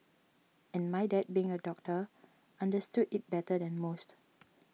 and my dad being a doctor understood it better than most